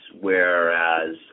whereas